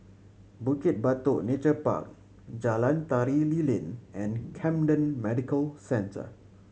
Bukit Batok Nature Park Jalan Tari Lilin and Camden Medical Centre